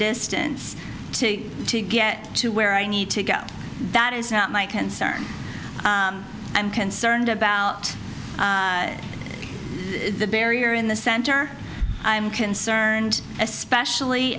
distance to get to where i need to go that is not my concern i'm concerned about the barrier in the center i'm concerned especially